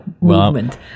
movement